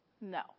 No